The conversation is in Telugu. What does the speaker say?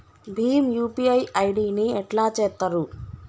భీమ్ యూ.పీ.ఐ ఐ.డి ని ఎట్లా చేత్తరు?